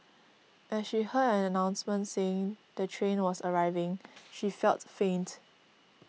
as she heard an announcement saying the train was arriving she felt faint